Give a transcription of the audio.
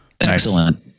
Excellent